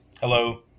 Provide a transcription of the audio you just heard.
Hello